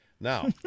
Now